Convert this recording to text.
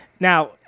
Now